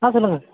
ஆ சொல்லுங்கள்